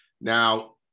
Now